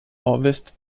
ovest